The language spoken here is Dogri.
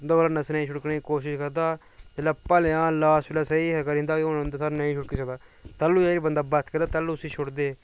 उं'दे कोलूं नस्सने दी छुड्डकने दी कोशिश करदा जेल्लै भलेआं लास्ट जेल्लै सेही बंदा की हून नेईं छुड्डकी सकदा तैह्लूं जेही बंदा बस आखदा ते तैह्लूं उस्सी छोड़दे